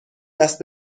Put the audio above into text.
دست